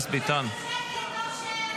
שקט, שקט, אושר.